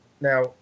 now